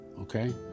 Okay